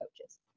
coaches